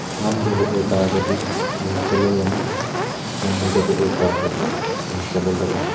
ꯉꯝꯗꯧꯕ ꯑꯣꯏ ꯇꯥꯔꯒꯗꯤ ꯃꯤꯡ ꯆꯜꯍꯜꯂꯅꯤ ꯉꯝꯃꯣꯏꯗꯕ ꯑꯣꯏ ꯇꯥꯔꯒꯗꯤ ꯃꯤꯡ ꯆꯜꯍꯜꯂꯔꯣꯏ